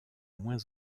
moins